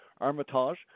Armitage